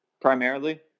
primarily